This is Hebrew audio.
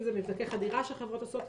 אם זה מבדקי חדירה שחברות עושות.